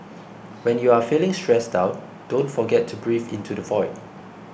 when you are feeling stressed out don't forget to breathe into the void